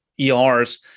ERs